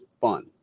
fun